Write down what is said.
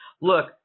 look